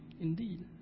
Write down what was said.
indeed